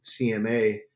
CMA